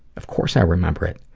of course i remember it.